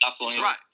right